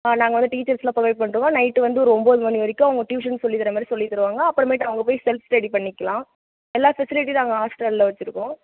நாங்கள் வந்து டீச்சர்ஸ்லாம் ப்ரொவைட் பண்ணிட்டுருக்கோம் நைட் வந்து ஒரு ஒம்பது மணி வரைக்கும் அவங்க டியூஷன் சொல்லி தர மாதிரி சொல்லி தருவாங்க அப்புறமேட்டு அவங்க போய் செல்ஃப் ஸ்டடி பண்ணிக்கலாம் எல்லா ஃபெசிலிட்டி நாங்கள் ஹாஸ்டலில் வச்சுருக்கோம்